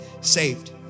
saved